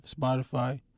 Spotify